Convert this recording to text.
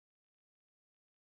what's yours